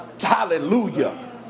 hallelujah